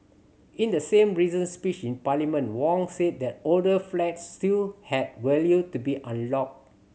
in the same recent speech in Parliament Wong said that older flats still had value to be unlocked